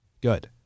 good